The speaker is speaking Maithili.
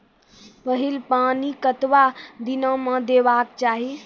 पहिल पानि कतबा दिनो म देबाक चाही?